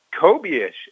Kobe-ish